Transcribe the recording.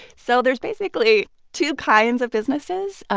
so there's basically two kinds of businesses.